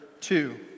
two